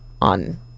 on